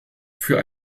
für